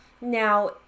now